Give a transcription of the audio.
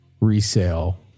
resale